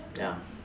ya